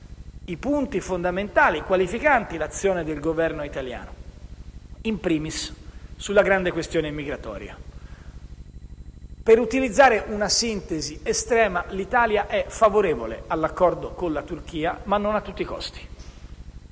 i punti fondamentali e qualificanti l'azione del Governo italiano, *in primis* sulla grande questione migratoria. Per utilizzare una sintesi estrema, l'Italia è favorevole all'accordo con la Turchia, ma non a tutti i costi.